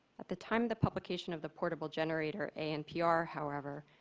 at the time the publication of the portable generator anpr however,